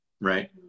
right